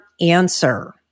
answer